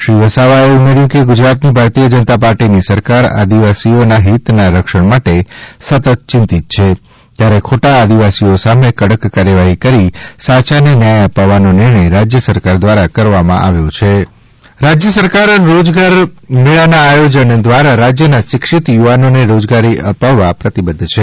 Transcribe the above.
શ્રી વસાવાએ ઉમેર્યુ કે ગુજરાતની ભારતીય જનતા પાર્ટીની સરકાર આદિવાસીઓના હિતના રક્ષણ માટે સતત ચિંતિત છે ત્યારે ખોટા આદિવાસીઓ સામે કડક કાર્યવાહી કરી સાચાને ન્યાય અપવવાનો નિર્ણય રાજય સરકાર દ્વારા કરવામાં આવેલ છે રાજ્ય સરકાર રોજગાર મેળાના આયોજન દ્વારા રાજ્યના શિક્ષીત યુવાનોને રોજગારી અપાવવા પ્રતિબધ્ધ છે